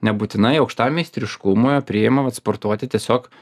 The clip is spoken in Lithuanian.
nebūtinai aukštam meistriškumui o priima vat sportuoti tiesiog